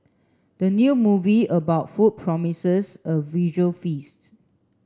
the new movie about food promises a visual feast